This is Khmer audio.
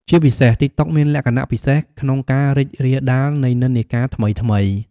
ជាពិសេស ទីកតុកមានលក្ខណៈពិសេសក្នុងការ រីករាលដាលនៃនិន្នាការថ្មីៗ។